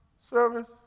service